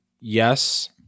yes